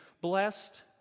Blessed